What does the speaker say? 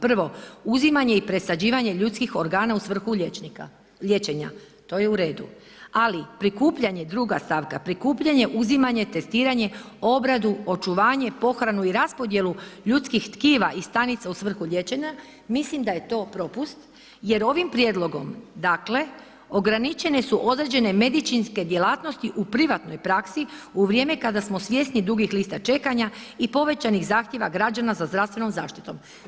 Prvo, uzimanje i presađivanje ljudskih organa u svrhu liječenja, to je u redu ali prikupljanje, druga stavka, prikupljanje, uzimanje, testiranje, obradu, očuvanje, pohranu i raspodjelu ljudskih tkiva i stanica u svrhu liječenja, mislim da je to propust jer ovim prijedlogom dakle, ograničene su određene medicinske djelatnosti u privatnoj praksi u vrijeme kada smo svjesni dugih lista čekanja i povećanih zahtjeva građana za zdravstvenom zaštitom.